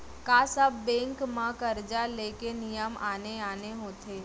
का सब बैंक म करजा ले के नियम आने आने होथे?